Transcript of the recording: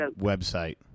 website